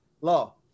Law